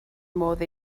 modd